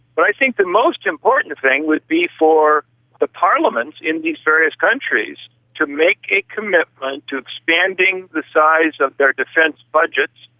but i think the most important thing would be for the parliament in these various countries to make a commitment to expanding the size of their defence budgets,